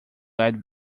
add